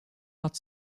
not